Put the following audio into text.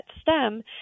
STEM